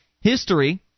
history